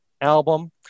album